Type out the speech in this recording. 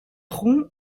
rompt